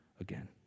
again